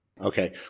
okay